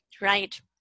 right